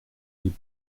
aller